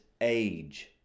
age